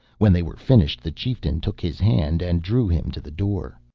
when they were finished, the chieftain took his hand and drew him to the door.